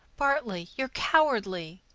bartley, you're cowardly!